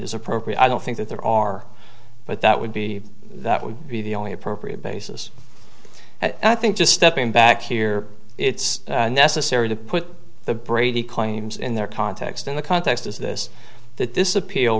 as appropriate i don't think that there are but that would be that would be the only appropriate basis i think just stepping back here it's necessary to put the brady claims in their context in the context is this that this appeal